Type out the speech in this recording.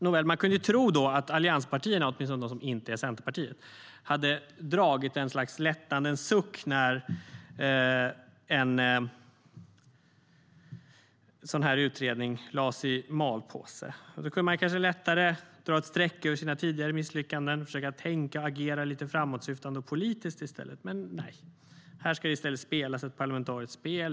Nåväl, man kunde ju tro att allianspartierna, åtminstone de som inte är Centerpartiet, hade dragit en lättnadens suck när utredningen lades i malpåse. Då kunde man kanske lättare dra ett streck över sina tidigare misslyckanden och i stället försöka tänka och agera lite framåtsyftande och politiskt. Men nej, här ska det i stället spelas ett parlamentariskt spel.